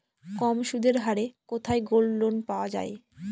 কম সুদের হারে কোথায় গোল্ডলোন পাওয়া য়ায়?